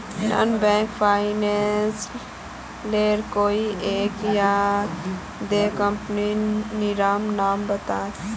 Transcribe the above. Non banking financial लेर कोई एक या दो कंपनी नीर नाम बता?